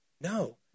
No